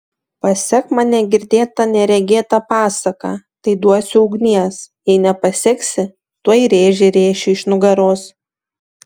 pasek man negirdėtą neregėtą pasaką tai duosiu ugnies jei nepaseksi tuoj rėžį rėšiu iš nugaros